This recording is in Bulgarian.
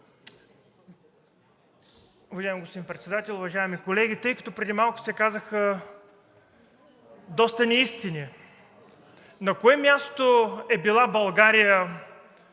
Уважаеми господин Председател, уважаеми колеги! Преди малко се казаха доста неистини на кое място е била България